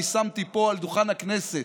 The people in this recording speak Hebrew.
אני שמתי פה, על דוכן הכנסת,